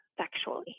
sexually